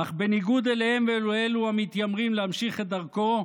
אך בניגוד אליהם ולאלו המתיימרים להמשיך את דרכו,